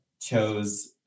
chose